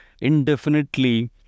indefinitely